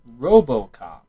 RoboCop